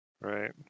Right